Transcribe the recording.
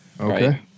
Okay